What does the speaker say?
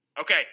Okay